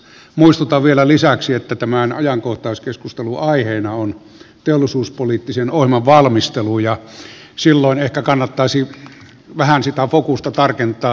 muistutan vielä lisäksi että tämän ajankohtaiskeskustelun aiheena on teollisuuspoliittisen ohjelman valmistelu ja silloin ehkä kannattaisi vähän sitä fokusta tarkentaa